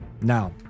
Now